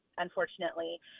unfortunately